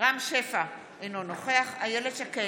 רם שפע, אינו נוכח איילת שקד,